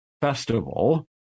festival